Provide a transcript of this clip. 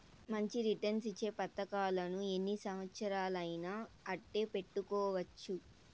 మంచి రిటర్న్స్ ఇచ్చే పతకాలను ఎన్ని సంవచ్చరాలయినా అట్టే పెట్టుకోవచ్చు